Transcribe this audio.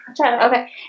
Okay